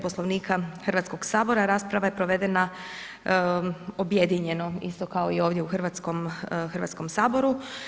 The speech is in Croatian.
Poslovnika Hrvatskog sabora, rasprava je provedena objedinjeno isto kao i ovdje u Hrvatskom saboru.